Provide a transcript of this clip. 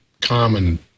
common